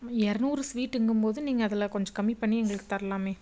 இரநூறு ஸ்வீட்டுங்கும் போது நீங்கள் அதில் கொஞ்சம் கம்மி பண்ணி எங்களுக்கு தரலாமே